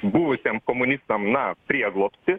buvusiem komunistam na prieglobstį